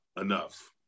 enough